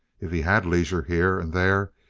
if he had leisure here and there,